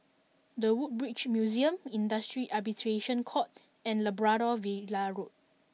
the Woodbridge Museum Industrial Arbitration Court and Labrador Villa Road